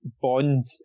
Bond